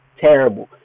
terrible